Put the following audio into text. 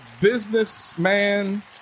businessman